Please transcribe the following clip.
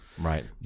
Right